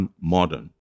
Modern